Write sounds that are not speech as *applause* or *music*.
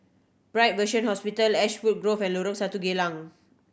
Bright Vision Hospital Ashwood Grove and Lorong *unintelligible* Geylang